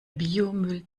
biomüll